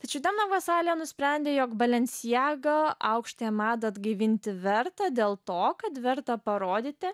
tad ši tema vasale nusprendė jog balenciaga aukštąją madą atgaivinti verta dėl to kad verta parodyti